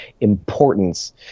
importance